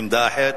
לעמדה אחרת,